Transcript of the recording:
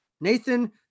Nathan